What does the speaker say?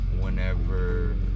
whenever